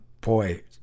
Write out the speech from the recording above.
boy